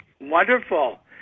Wonderful